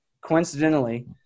coincidentally